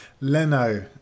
Leno